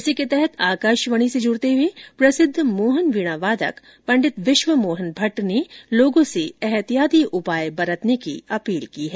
इसी के तहत आकाशवाणी से जुड़ते हुए प्रसिद्ध मोहन वीणा वादक विश्वमोहन भट्ट ने लोगों से ऐहतियाती उपाय बरतने की अपील की है